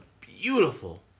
beautiful